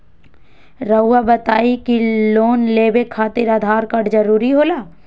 रौआ बताई की लोन लेवे खातिर आधार कार्ड जरूरी होला?